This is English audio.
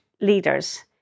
leaders